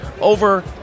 over